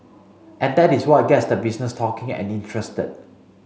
and that is what gets the business talking and interested